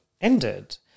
ended